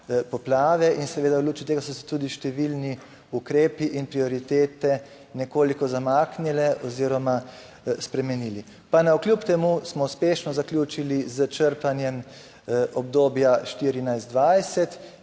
poplave in seveda v luči tega so se tudi številni ukrepi in prioritete nekoliko zamaknile oziroma spremenile. Pa navkljub temu smo uspešno zaključili s črpanjem obdobja 2014-2020